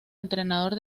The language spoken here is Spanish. entrenador